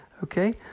Okay